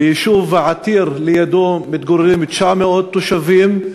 ביישוב עתיר שלידו מתגוררים 900 תושבים,